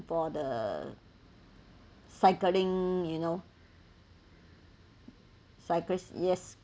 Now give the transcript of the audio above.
for the cycling you know cyclists yes